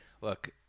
look